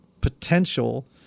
potential